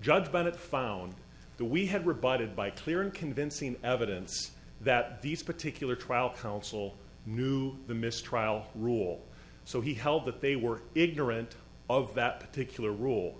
judge bennett found the we have rebutted by clear and convincing evidence that these particular trial counsel knew the mistrial rule so he held that they were ignorant of that particular rule